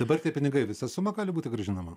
dabar tie pinigai visa suma gali būti grąžinama